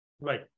Right